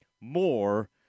more